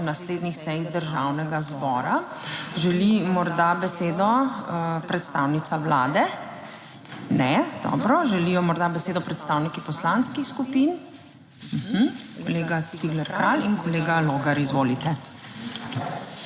naslednjih sej Državnega zbora. Želi morda besedo? Predstavnica Vlade? Ne. Želijo morda besedo predstavniki poslanskih skupin? Kolega Cigler Kralj in kolega Logar. Izvolite.